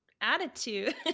attitude